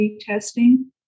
testing